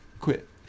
quit